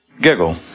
giggle